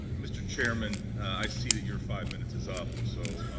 mr. chairman, i see that your five minutes is up. and so